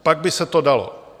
Pak by se to dalo.